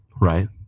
Right